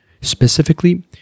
specifically